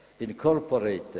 incorporated